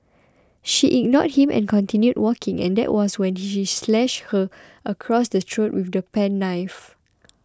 she ignored him and continued walking and that was when he slashed her across the throat with the penknife